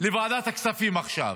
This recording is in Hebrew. לוועדת הכספים עכשיו,